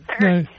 No